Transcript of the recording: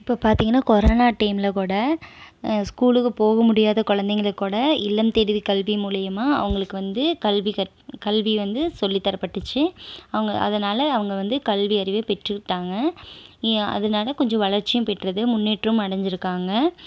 இப்போ பார்த்தீங்கன்னா கொரோனா டைம்ல கூட ஸ்கூலுக்கு போக முடியாத குழந்தைங்களுக்கு கூட இல்லம் தேடி கல்வி மூலயமா அவங்களுக்கு வந்து கல்வி கற் கல்வி வந்து சொல்லித் தரப்பட்டுச்சு அவங்க அதனால அவங்க வந்து கல்வியறிவை பெற்றுக்கிட்டாங்கள் ஏ அதனால் கொஞ்சம் வளர்ச்சியும் பெற்றது முன்னேற்றமும் அடஞ்சிருக்காங்கள்